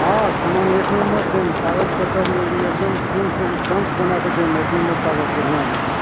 हँ सामान एक नम्बर देब कागज पत्तर एकदम टंच टंच बनाकऽ देब एक नम्बर कागज बढ़िआँ